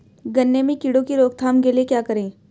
गन्ने में कीड़ों की रोक थाम के लिये क्या करें?